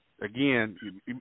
Again